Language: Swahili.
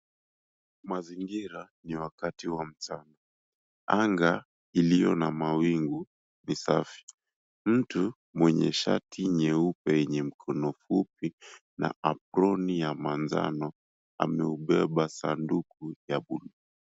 Mazingira ni wakati wa mchana. Anga iliyo na mawingu ni safi. Mtu mwenye shati nyeupe yenye mkono fupi na aproni ya manjano ameubeba sanduku ya buluu.